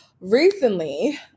recently